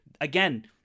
Again